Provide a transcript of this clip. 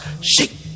Shake